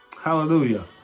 Hallelujah